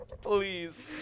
Please